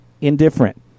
indifferent